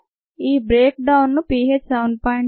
ఈ బ్రేక్ డౌన్ను పీహెచ్ 7